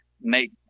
make